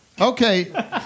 Okay